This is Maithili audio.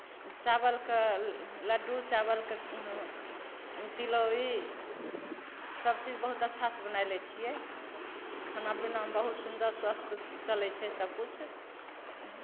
चाबलके लड्डू चाबलके तिलौरी सब चीज बहुत अच्छा सऽ बनाय लै छियै खाना पीनामे बहुत सुन्दर स्वस्थ चलै छै सब किछु